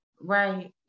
right